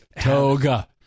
Toga